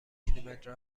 کیلومتر